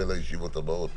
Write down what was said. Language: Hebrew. זה לישיבות הבאות,